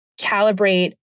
calibrate